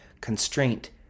constraint